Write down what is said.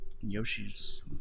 Yoshi's